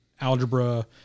algebra